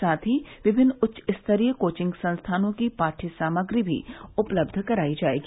साथ ही विभिन्न उच्चस्तरीय कोचिंग संस्थानों की पाठ्य सामग्री भी उपलब्ध करायी जायेगी